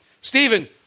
Stephen